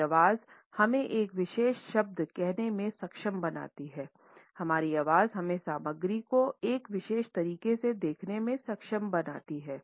हमारी आवाज़ हमें एक विशेष शब्द कहने में सक्षम बनाती है हमारी आवाज़ हमें सामग्री को एक विशेष तरीके से देखने में सक्षम बनाती है